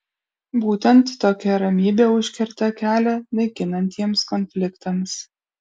būtent tokia ramybė užkerta kelią naikinantiems konfliktams